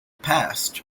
past